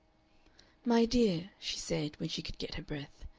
my dear, she said, when she could get her breath,